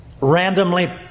randomly